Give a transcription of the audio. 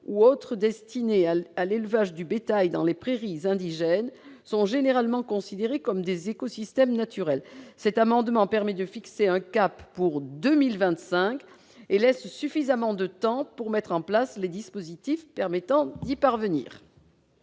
ou autres destinés à l'élevage du bétail dans les prairies indigènes sont généralement considérés comme tels. Cet amendement a pour objet de fixer un cap pour 2025 et de laisser suffisamment de temps pour mettre en place les dispositifs permettant d'y parvenir.